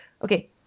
Okay